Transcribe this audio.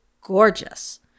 gorgeous